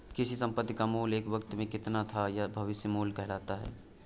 किसी संपत्ति का मूल्य एक वक़्त में कितना था यह भविष्य मूल्य कहलाता है